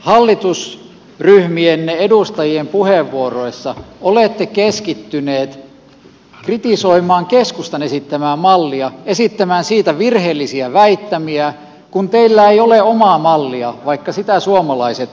teidän hallitusryhmienne edustajien puheenvuoroissa olette keskittyneet kritisoimaan keskustan esittämää mallia esittämään siitä virheellisiä väittämiä kun teillä ei ole omaa mallia vaikka sitä suomalaiset odottavat